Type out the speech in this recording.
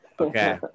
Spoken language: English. Okay